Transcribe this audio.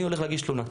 אני הולך להגיש תלונה.